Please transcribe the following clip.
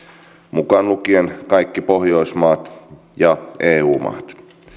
mukaan lukien kaikki pohjoismaat ja eu maat työ